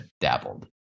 dabbled